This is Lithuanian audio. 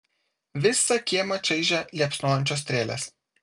visą kiemą čaižė liepsnojančios strėlės